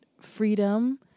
freedom